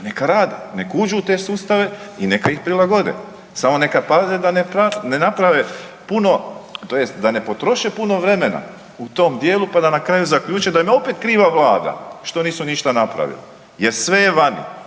neka rade nek uđu u te sustave i neka ih prilagode, samo neka paze da ne naprave puno tj. da ne potroše puno vremena u tom dijelu pa da na kraju zaključe da im je opet kriva vlada što nisu ništa napravili jer sve je vani.